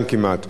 אדוני השר,